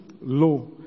law